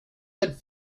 had